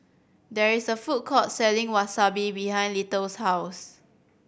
there is a food court selling Wasabi behind Little's house